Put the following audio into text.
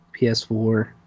PS4